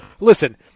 Listen